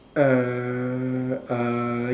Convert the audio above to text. err